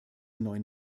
neuen